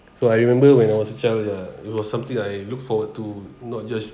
so I remember when I was a child ya it was something I look forward to not just